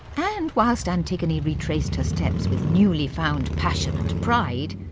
and whilst antigone retraced her steps with newly found passion and pride,